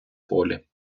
полі